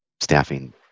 staffing